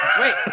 Wait